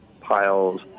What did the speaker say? piles